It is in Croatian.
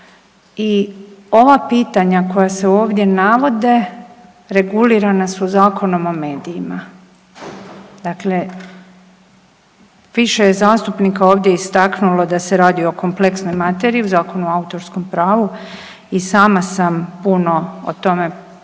i ova pitanja koja se ovdje navode regulirana su Zakonom o medijima. Dakle, više je zastupnika ovdje istaknulo da se radi o kompleksnoj materiji o Zakonu o autorskom pravu. I sama sam puno o tome u ovom